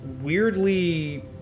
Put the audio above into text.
weirdly